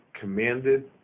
commanded